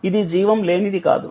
ఇది జీవం లేనిది కాదు